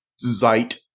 Zeit